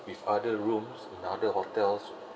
with other rooms in other hotels